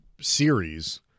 series